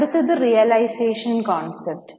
അടുത്തത് realisation concept